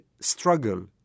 struggle